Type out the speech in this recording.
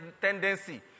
tendency